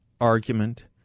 argument